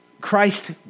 Christ